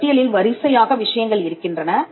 ஒரு பட்டியலில் வரிசையாக விஷயங்கள் இருக்கின்றன